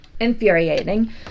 Infuriating